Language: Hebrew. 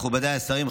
מכובדיי השרים,